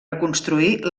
reconstruir